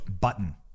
button